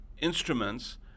instruments